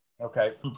Okay